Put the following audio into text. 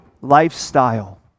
lifestyle